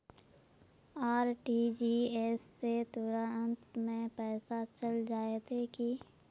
RTGS से तुरंत में पैसा चल जयते की?